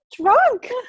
drunk